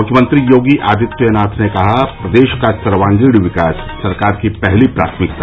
मुख्यमंत्री योगी आदित्यनाथ ने कहा प्रदेश का सर्वांगीण विकास सरकार की पहली प्राथमिकता